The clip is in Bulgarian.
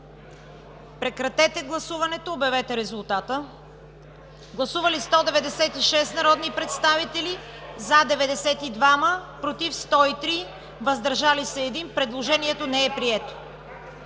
прекратете гласуването и обявете резултат. Гласували 196 народни представители: за 105, против 87, въздържали се 4. Предложението е прието.